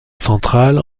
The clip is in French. central